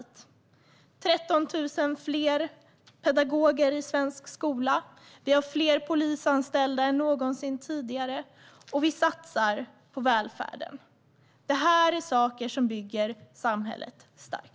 Det är 13 000 fler pedagoger i svensk skola. Vi har fler polisanställda än någonsin tidigare. Och vi satsar på välfärden. Detta är saker som bygger samhället starkt.